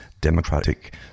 democratic